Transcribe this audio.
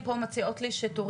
לא היה על זה שום ריבית, שום דבר.